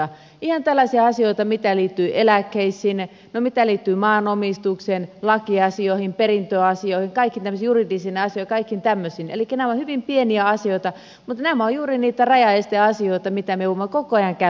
ihan tällaisia asioita mitkä liittyvät eläkkeisiin no mitä liittyy maanomistukseen lakiasioihin perintöasioihin kaikkiin tämmöisiin juridisiin asioihin kaikkiin tämmöisiin elikkä nämä ovat hyvin pieniä asioita mutta nämä ovat juuri niitä rajaesteasioita mitä me joudumme koko ajan käymään läpi